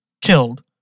killed